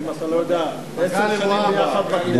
אם אתה לא יודע, עשר שנים אנחנו יחד בכנסת.